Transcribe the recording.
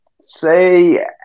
say